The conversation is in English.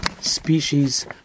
species